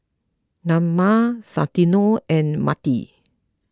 Naima Santino and Mintie